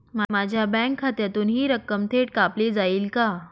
माझ्या बँक खात्यातून हि रक्कम थेट कापली जाईल का?